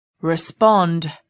respond